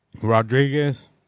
Rodriguez